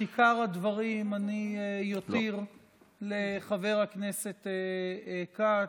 את עיקר הדברים אני אותיר לחבר הכנסת כץ,